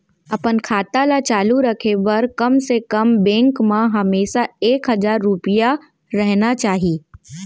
अपन खाता ल चालू रखे बर कतका राशि बैंक म हमेशा राखहूँ?